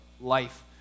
life